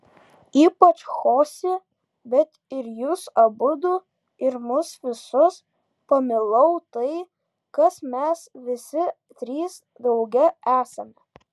ypač chosė bet ir jus abudu ir mus visus pamilau tai kas mes visi trys drauge esame